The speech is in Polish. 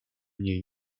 mniej